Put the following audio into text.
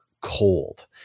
cold